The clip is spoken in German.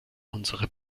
unsere